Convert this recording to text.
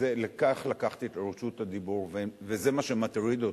ולכן לקחתי את רשות הדיבור, זה מה שמטריד אותי,